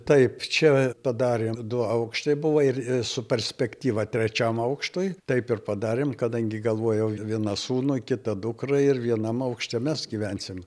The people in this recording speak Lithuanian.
taip čia padarėm du aukštai buvo ir su perspektyva trečiam aukštui taip ir padarėm kadangi galvojau vieną sūnui kitą dukrai ir vienam aukšte mes gyvensim